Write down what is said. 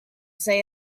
say